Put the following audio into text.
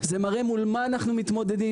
זה מראה מול מה אנחנו מתמודדים,